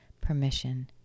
permission